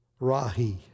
Rahi